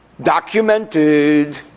documented